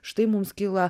štai mums kyla